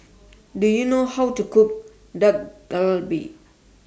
Do YOU know How to Cook Dak Galbi